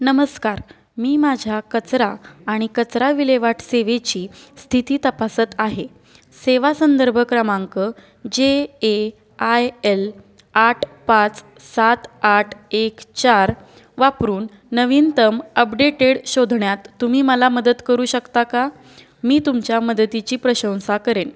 नमस्कार मी माझ्या कचरा आणि कचरा विल्हेवाट सेवेची स्थिती तपासत आहे सेवा संदर्भ क्रमांक जे ए आय एल आठ पाच सात आठ एक चार वापरून नवीनतम अपडेटेड शोधण्यात तुम्ही मला मदत करू शकता का मी तुमच्या मदतीची प्रशंसा करेन